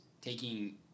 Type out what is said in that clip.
taking